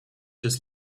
just